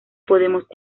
podemos